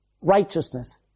righteousness